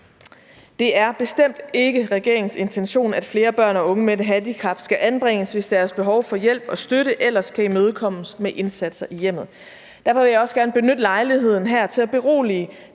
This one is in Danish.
Det er bestemt ikke regeringens intention, at flere børn og unge med et handicap skal anbringes, hvis deres behov for hjælp og støtte ellers kan imødekommes med indsatser i hjemmet. Derfor vil jeg også gerne benytte lejligheden her til at berolige